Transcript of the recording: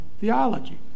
theology